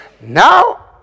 Now